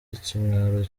ikimwaro